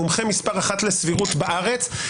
מומחה מספר אחת לסבירות בארץ.